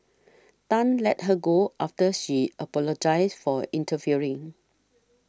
Tan let her go after she apologised for interfering